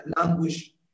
language